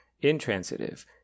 intransitive